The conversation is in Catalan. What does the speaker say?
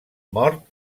mort